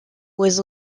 was